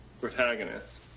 protagonist